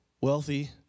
wealthy